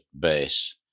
base